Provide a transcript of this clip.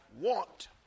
want